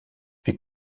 wie